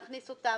נכניס אותם